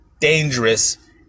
dangerous